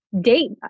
date